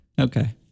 Okay